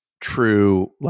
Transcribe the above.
true